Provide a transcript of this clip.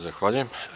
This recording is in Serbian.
Zahvaljujem.